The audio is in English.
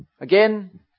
Again